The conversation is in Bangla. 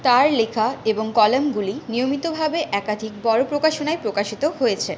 তাঁর লেখা এবং কলামগুলি নিয়মিতভাবে একাধিক বড়ো প্রকাশনায় প্রকাশিত হয়েছে